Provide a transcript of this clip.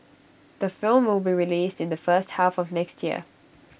the film will be released in the first half of next year